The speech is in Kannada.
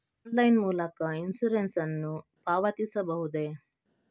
ಆನ್ಲೈನ್ ಮೂಲಕ ಇನ್ಸೂರೆನ್ಸ್ ನ್ನು ಪಾವತಿಸಬಹುದೇ?